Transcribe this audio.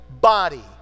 body